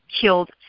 killed